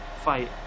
fight